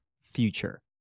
future